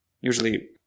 usually